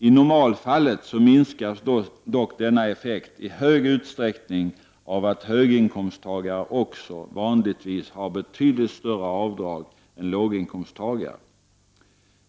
I normalfallet minskas dock denna effekt i hög utsträckning av att höginkomsttagare också vanligtvis har betydligt större avdrag än låginkomsttagare.